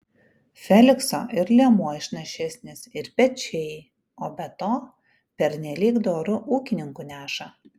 felikso ir liemuo išnašesnis ir pečiai o be to pernelyg doru ūkininku neša